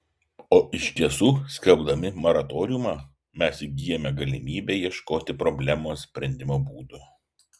o iš tiesų skelbdami moratoriumą mes įgyjame galimybę ieškoti problemos sprendimo būdų